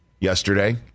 yesterday